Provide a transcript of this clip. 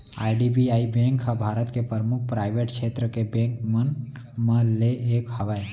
IDBI bank ह भारत के परमुख पराइवेट छेत्र के बेंक मन म ले एक हवय